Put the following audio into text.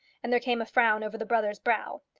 and there came a frown over the brother's brow.